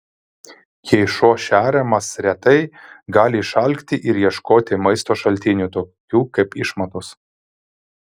jei šuo šeriamas retai gali išalkti ir ieškoti maisto šaltinių tokių kaip išmatos